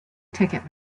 ticket